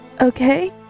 Okay